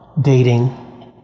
dating